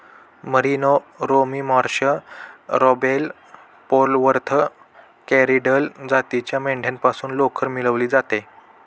merino, Romney Marsh, Rambouillet, Polwarth, Corriedale जातीच्या मेंढ्यांपासून लोकर मिळवली जाते